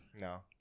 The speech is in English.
No